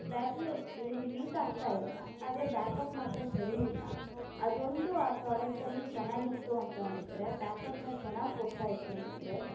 battery ಏನೂ heat ಆಗ್ತಾ ಇಲ್ಲ ಆದರೆ ಬ್ಯಾಕಪ್ ಮಾತ್ರ ಸರಿ ಇಲ್ಲ ಅದು ಒಂದು ಆ ಪ್ರಾಡಕ್ಟಲ್ಲಿ ಚೆನ್ನಾಗಿತ್ತು ಅಂತ ಅಂದಿದ್ದರೆ ಬ್ಯಾಕಪ್ಪನ್ನು ಚೆನ್ನಾಗಿ ಕೊಡ್ತಾ ಇತ್ತು ಅಂದಿದ್ದರೆ